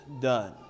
done